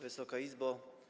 Wysoka Izbo!